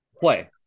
play